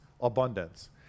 abundance